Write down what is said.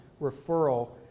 referral